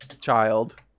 child